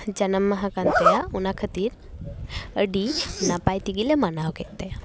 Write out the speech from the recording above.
ᱡᱟᱱᱟᱢ ᱢᱟᱦᱟ ᱠᱟᱱ ᱛᱟᱭᱟ ᱚᱱᱟ ᱠᱷᱟᱹᱛᱤᱨ ᱟᱹᱰᱤ ᱱᱟᱯᱟᱭ ᱛᱮᱜᱮᱞᱮ ᱢᱟᱱᱟᱣ ᱠᱮᱫ ᱛᱟᱭᱟ